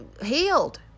healed